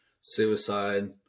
suicide